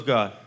God